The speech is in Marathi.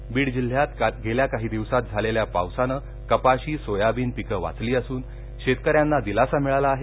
पाऊसः बीड जिल्ह्यात गेल्या काही दिवसात झालेल्या पावसानं कपाशी सोयाबीन पिकं वाचली असून शेतकऱ्यांना दिलासा मिळाला आहे